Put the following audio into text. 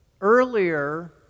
earlier